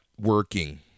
working